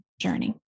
journey